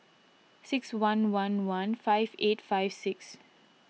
six one one one five eight five six